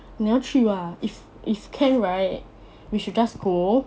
你要去吗 if if can right we should just go